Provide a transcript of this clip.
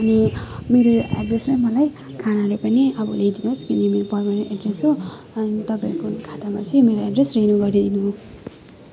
अनि मेरो यो एड्रेसमा मलाई खानाले पनि अब ल्याइदिनु होस् किनकि यो मेरो पर्मनेन्ट एड्रेस हो अनि तपाईँहरूको खातामा चाहिँ मेरो एड्रेस रिन्यू गरिदिनु